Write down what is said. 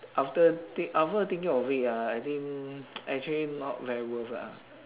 after think after thinking of it ah I think actually not very worth lah